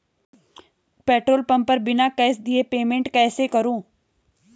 Petrol pump पर बिना cash दिए पेमेंट कैसे करूँ?